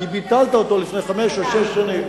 כי ביטלת אותו לפני חמש או שש שנים.